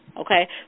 okay